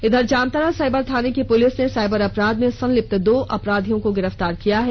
इधर जामताड़ा साइबर थाने की पुलिस ने साइबर अपराध में संलिप्त दो अपराधियों को गिरफ्तार किया है